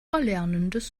erlernendes